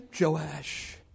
Joash